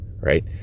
right